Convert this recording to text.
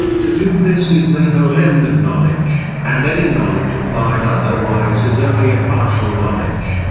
to do this is the whole end of knowledge and any knowledge applied otherwise is only a partial knowledge,